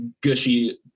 gushy